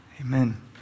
Amen